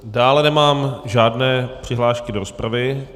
Dále nemám žádné přihlášky do rozpravy.